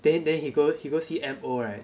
then then he got he got see M_O right